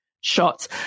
shots